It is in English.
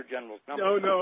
general no